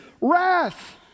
wrath